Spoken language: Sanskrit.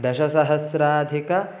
दशसहस्राधिकं